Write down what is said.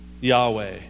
Yahweh